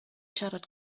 siarad